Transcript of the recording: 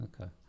Okay